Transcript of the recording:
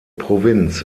provinz